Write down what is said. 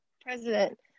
president